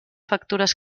factures